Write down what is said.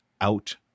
out